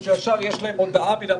יש הודעה מוכנה,